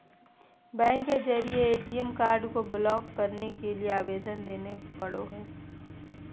bank के जरिए ATM card को ब्लॉक करे के लिए आवेदन देबे पड़ो हइ